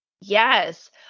yes